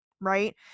right